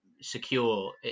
secure